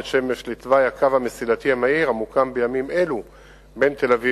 בטבת התש"ע (6 בינואר 2010): במהלך כהונתה של הממשלה הקודמת